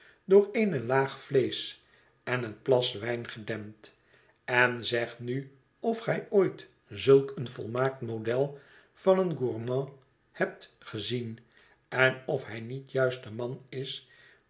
door eene laag vleesch en een plas wijn gedempt en zeg nu of gij ooit zulk een volmaakt model van een gourmand hebt gezien en of hij niet juist de man is